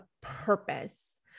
purpose